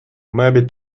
maybe